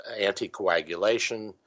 anticoagulation